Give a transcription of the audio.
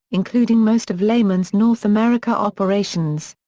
including most of lehman's north america operations.